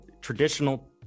traditional